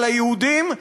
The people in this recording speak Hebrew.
על היהודים,